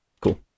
Cool